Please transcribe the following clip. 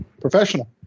Professional